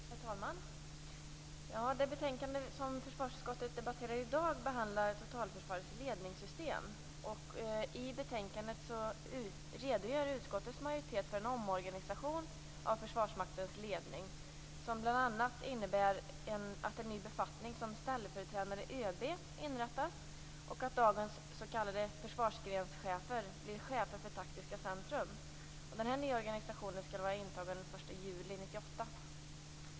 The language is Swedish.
Herr talman! Det betänkande från försvarsutskottet som vi i dag debatterar behandlar totalförsvarets ledningssystem. I betänkandet redogör utskottet för en omorganisation av Försvarsmaktens ledning, som bl.a. innebär att en ny befattning som ställföreträdande ÖB inrättas och att dagens s.k. försvarsgrenschefer blir chefer för taktiska centrum. Den nya organisationen skall vara intagen den 1 juli 1998.